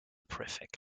prefect